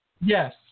yes